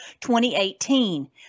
2018